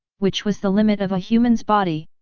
which was the limit of a human's body!